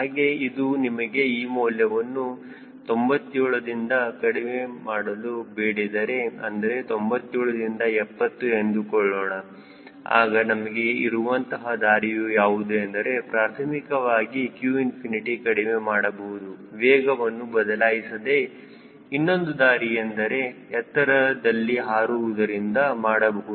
ಹಾಗೆ ಅದು ನಿಮಗೆ ಈ ಮೌಲ್ಯವನ್ನು 97 ದಿಂದ ಕಡಿಮೆಮಾಡಲು ಬೇಡಿದರೆ ಅಂದರೆ 97 ದಿಂದ 70 ಎಂದುಕೊಳ್ಳೋಣ ಆಗ ನಮಗೆ ಇರುವಂತಹ ದಾರಿಯು ಯಾವುದು ಎಂದರೆ ಪ್ರಾಥಮಿಕವಾಗಿ q ಇನ್ಫಿನಿಟಿ ಕಡಿಮೆ ಮಾಡಬಹುದು ವೇಗವನ್ನು ಬದಲಾಯಿಸದೆ ಇನ್ನೊಂದು ದಾರಿಯೆಂದರೆ ಎತ್ತರದಲ್ಲಿ ಹಾರುವುದರಿಂದ ಮಾಡಬಹುದು